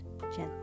gently